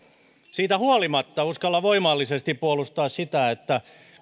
siitä huolimatta uskallan voimallisesti puolustaa sitä että